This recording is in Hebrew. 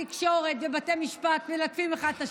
התקשורת ובתי משפט מלטפים אחד את השני,